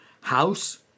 house